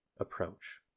approach